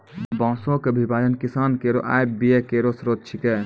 बांसों क विभाजन किसानो केरो आय व्यय केरो स्रोत छिकै